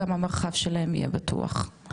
גם המרחב שלהם יהיה בטוח,